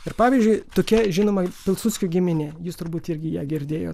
ir pavyzdžiui tokia žinoma pilsudskių giminė jūs turbūt irgi ją girdėjo